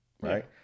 right